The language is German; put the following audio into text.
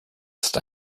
ist